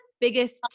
biggest